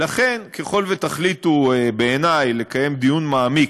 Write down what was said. לכן, ככל שתחליטו, בעיני, לקיים דיון מעמיק,